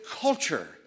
culture